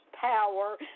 power